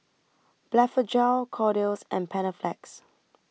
Blephagel Kordel's and Panaflex